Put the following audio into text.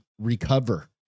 recover